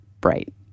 bright